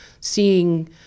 seeing